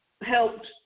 helped